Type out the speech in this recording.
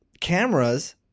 cameras